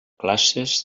classes